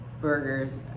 burgers